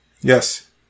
Yes